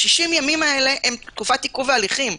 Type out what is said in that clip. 60 הימים האלה הם תקופת עיכוב ההליכים,